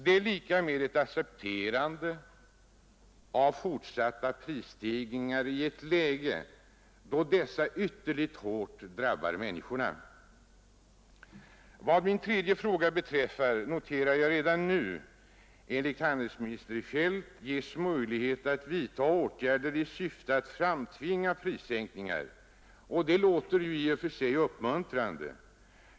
Det är lika med ett accepterande av fortsatta prisstegringar i ett läge då dessa ytterligt hårt drabbar människorna. Vad min tredje fråga beträffar noterar jag redan nu att det enligt handelsminister Feldt kommer att ges möjligheter att vidta åtgärder i syfte att framtvinga prissänkningar. Det låter i och för sig uppmuntrande.